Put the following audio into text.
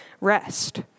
rest